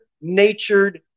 natured